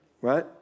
Right